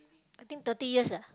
I think thirty years ah